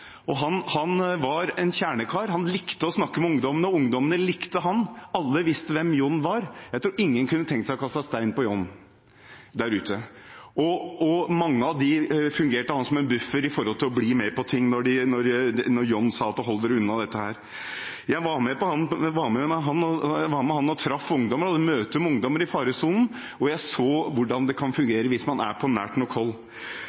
Jon. Han var en kjernekar. Han likte å snakke med ungdommene, og ungdommene likte ham. Alle visste hvem «Jon» var, og jeg tror ingen kunne tenkt seg å kaste stein på «Jon» der ute. For mange av dem fungerte han som en buffer når det gjaldt å bli med på ting og «Jon» sa «Hold dere unna dette». Jeg var med ham og møtte ungdommer i faresonen, og jeg så hvordan det kan